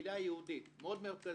מאוד מרכזית,